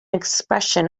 expression